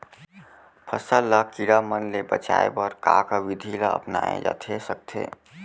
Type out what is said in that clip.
फसल ल कीड़ा मन ले बचाये बर का का विधि ल अपनाये जाथे सकथे?